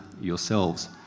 yourselves